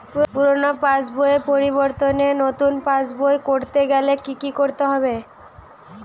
পুরানো পাশবইয়ের পরিবর্তে নতুন পাশবই ক রতে গেলে কি কি করতে হবে?